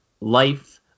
life